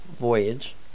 voyage